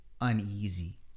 uneasy